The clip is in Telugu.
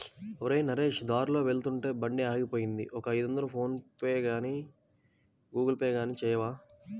ఒరేయ్ నరేష్ దారిలో వెళ్తుంటే బండి ఆగిపోయింది ఒక ఐదొందలు ఫోన్ పేగానీ గూగుల్ పే గానీ చేయవా